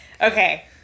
Okay